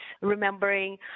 remembering